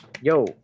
Yo